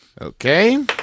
Okay